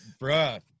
bruh